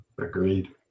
agreed